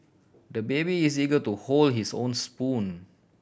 the baby is eager to hold his own spoon